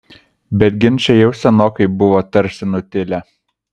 bet ginčai jau senokai buvo tarsi nutilę